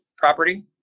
property